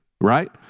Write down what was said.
right